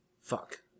fuck